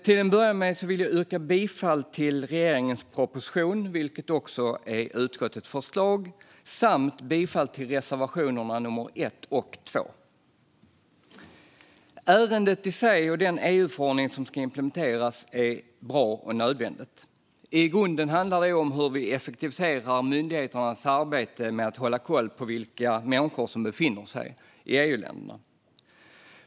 Till att börja med vill jag yrka bifall till regeringens proposition, vilket också är utskottets förslag, samt bifall till reservationerna 1 och 2. Ärendet i sig och den EU-förordning som ska implementeras är bra och nödvändiga. I grunden handlar det om hur vi effektiviserar myndigheternas arbete med att hålla koll på vilka människor som befinner sig i EU-länderna.